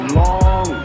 long